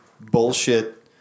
bullshit